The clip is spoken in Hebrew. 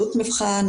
שירות המבחן,